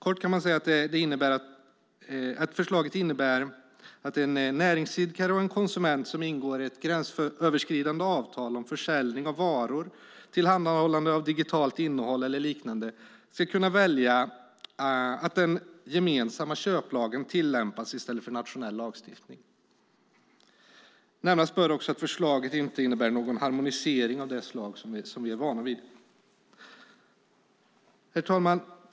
Man kan säga att förslaget innebär att en näringsidkare och en konsument som ingår ett gränsöverskridande avtal om försäljning av varor, tillhandahållande av digitalt innehåll eller liknande ska kunna välja att den gemensamma köplagen tillämpas i stället för nationell lagstiftning. Nämnas bör också att förslaget inte innebär någon harmonisering av det slag som vi är vana vid. Herr talman!